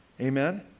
amen